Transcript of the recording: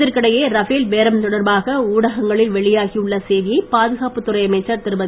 இதற்கிடையே ரஃபேல் பேரம் தொடர்பாக ஊடகங்களில் வெளியாகி உள்ள செய்தியை பாதுகாப்பு அமைச்சர் திருமதி